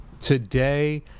Today